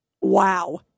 Wow